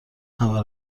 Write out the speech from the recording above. همه